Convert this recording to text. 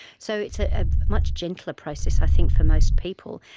so it's a ah much gentler process i think for most people,